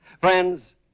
Friends